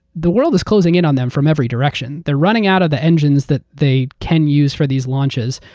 the world is closing in on them from every direction. they're running out of the engines that they can use for these launches.